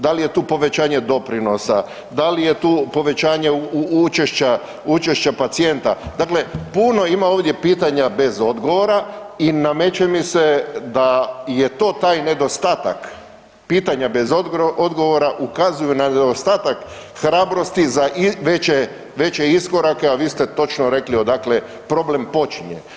Da li je tu povećanje doprinosa, da li je tu povećanje učešća pacijenta, dakle puno ima ovdje pitanja bez odgovora i nameće mi se da je to taj nedostatak pitanja bez odgovora ukazuju na nedostatak hrabrosti za veće iskorake, a vi ste točno rekli odakle problem počinje.